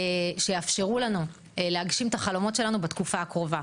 שיאפשרו לנו להגשים את החלומות שלנו בתקופה הקרובה.